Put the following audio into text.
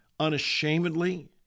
unashamedly